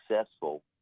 successful